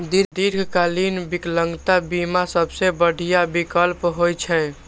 दीर्घकालीन विकलांगता बीमा सबसं बढ़िया विकल्प होइ छै